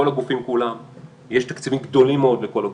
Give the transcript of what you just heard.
יש תקציבים גדולים מאוד לכל הגופים.